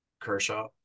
Kershaw